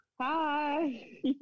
Hi